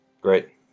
Great